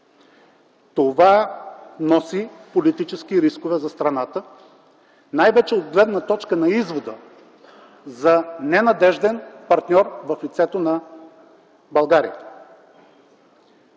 Това носи политически рискове за страната най-вече от гледна точка на извода за ненадежден партньор в лицето на България.